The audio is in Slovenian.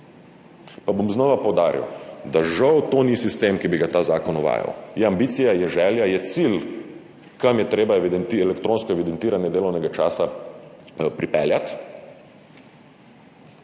Pa bom znova poudaril, da žal to ni sistem, ki bi ga ta zakon uvajal. Je ambicija, je želja, je cilj, kam je treba pripeljati elektronsko evidentiranje delovnega časa, ampak